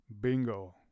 bingo